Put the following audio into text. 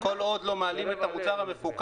כל עוד לא מעלים את המוצר המפוקח,